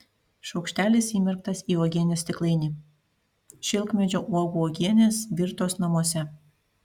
šaukštelis įmerktas į uogienės stiklainį šilkmedžio uogų uogienės virtos namuose